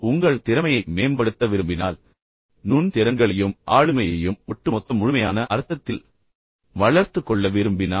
உங்கள் திறமையை மேம்படுத்த விரும்பினால் நீங்கள் சிறந்து விளங்க விரும்பினால் மற்றும் உங்கள் நுண் திறன்களையும் ஆளுமையையும் ஒட்டுமொத்த முழுமையான அர்த்தத்தில் வளர்த்துக் கொள்ள விரும்பினால்